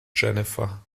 jennifer